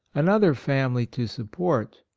another family to support,